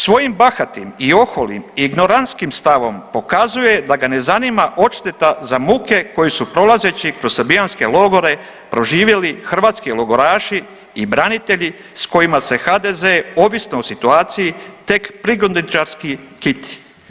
Svojim bahatim i oholim i ignorantskim stavom pokazuje da ga ne zanima odšteta za muke koje su prolazeći kroz srbijanske logore proživjeli hrvatski logoraši i branitelji s kojima se HDZ ovisno o situaciji tek prigodničarski kiti.